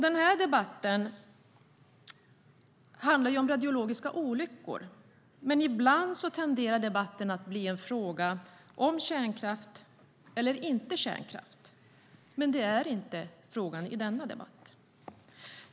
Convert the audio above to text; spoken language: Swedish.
Den här debatten handlar om radiologiska olyckor, men ibland tenderar debatten att bli en fråga om kärnkraft eller inte kärnkraft. Det är dock inte frågan i denna debatt.